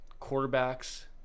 Quarterbacks